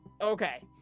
Okay